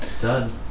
Done